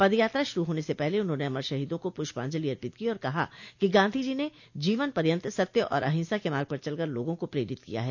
पद यात्रा श्रू होने से पहले उन्होंने अमर शहीदों को पुष्पांजलि अर्पित की और कहा कि गांधी जी ने जीवन पर्यन्त सत्य और अहिंसा के मार्ग पर चल कर लोगों को प्रेरित किया है